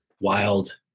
wild